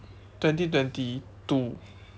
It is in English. twenty twenty two